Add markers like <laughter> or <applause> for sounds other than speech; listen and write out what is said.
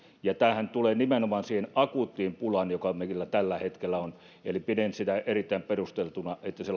ja tämähän tulee nimenomaan siihen akuuttiin pulaan joka meillä tällä hetkellä on eli pidän sitä erittäin perusteltuna että se <unintelligible>